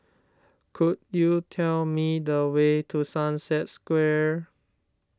could you tell me the way to Sunset Square